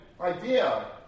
idea